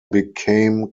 became